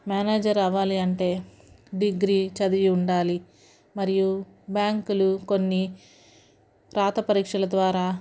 manager అవ్వాలి అంటే degree చదివి ఉండాలి మరియు బ్యాంకులు కొన్ని వ్రాత పరీక్షల ద్వారా